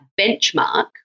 benchmark